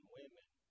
women